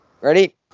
Ready